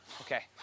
Okay